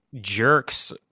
jerks